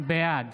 בעד